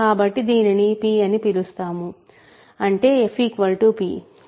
కాబట్టి దీనిని p అని పిలుద్దాం అంటే f p